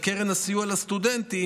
על קרן הסיוע לסטודנטים.